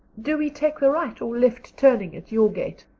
do we take the right or left turning at your gate?